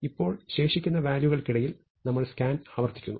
ഇപ്പോൾ ശേഷിക്കുന്ന വാല്യൂകൾക്കിടയിൽ നമ്മൾ സ്കാൻ ആവർത്തിക്കുന്നു